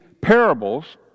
parables